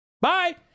bye